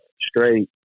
straight